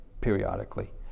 periodically